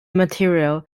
material